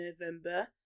November